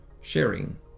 sharing